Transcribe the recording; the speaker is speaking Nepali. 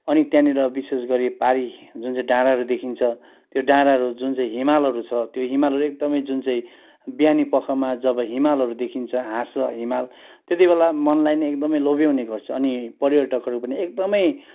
अनि त्यहाँनिर विशेष गरी पारि जुन चाहिँ डाँडाहरू देखिन्छ त्यो डाँडाहरू जुन चाहिँ हिमालहरू छ त्यो हिमालहरू एकदमै जुन चाहिँ बिहानीपखमा जब हिमालहरू देखिन्छ हाँस्छ हिमाल त्यतिबेला मनलाई नै एकदमै लोभ्याउने गर्छ अनि पर्यटकहरू पनि एकदमै